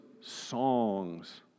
songs